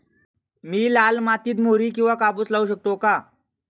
मी लाल मातीत मोहरी किंवा कापूस लावू शकतो का?